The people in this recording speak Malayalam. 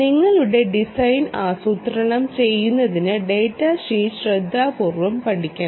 നിങ്ങളുടെ ഡിസൈൻ ആസൂത്രണം ചെയ്യുന്നതിന് ഡാറ്റ ഷീറ്റ് ശ്രദ്ധാപൂർവ്വം പഠിക്കണം